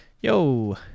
yo